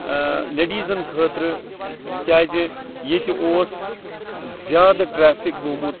لیڈیٖزن خٲطرٕ کیازِ ییٚتہِ اوس زیادٕ ٹریفک گوٚمُت